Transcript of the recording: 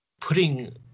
putting